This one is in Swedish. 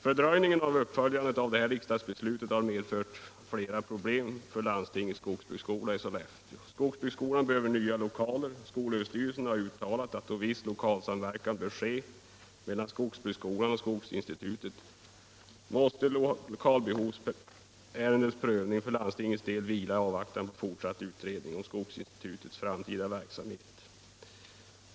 Fördröjningen av uppföljandet av det här riksdagsbeslutet har medfört flera problem för landstingets skogsbruksskola i Sollefteå. Skogsbruksskolan behöver nya lokaler, och SÖ har uttalat att då viss lokalsamverkan bör ske mellan skogsbruksskolan och skogsinstitutet, måste lokalbehovsärendets prövning för landstingets del vila i avvaktan på fortsatt utredning om skogsinstitutets framtida verksamhet.